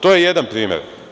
To je jedan primer.